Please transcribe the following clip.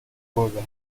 گربه